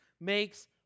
makes